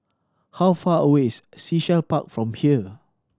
how far away is Sea Shell Park from here